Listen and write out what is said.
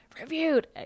reviewed